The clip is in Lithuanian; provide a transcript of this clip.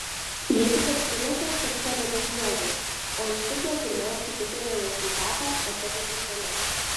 jie tik apsimeta kad padeda žmogui o iš tikro pirmiausia tikrina ne sveikatą o tavo kišenes